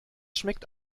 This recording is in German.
schmeckt